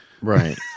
Right